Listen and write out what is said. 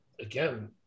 again